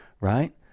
right